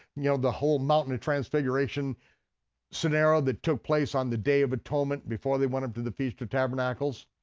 you know, the whole mountain transfiguration scenario that took place on the day of atonement before they went up to the feast of tabernacles,